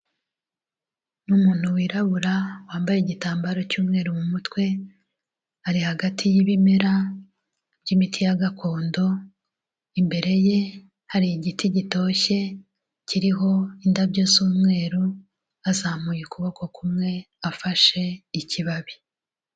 Umuntu wirabura wambaye igitambaro cy'umweru mu mutwe, ari hagati y'ibimera by'imiti ya gakondo, imbere ye hari igiti gitoshye kiriho indabyo z'umweru, azamuye ukuboko kumwe afashe ikibabi.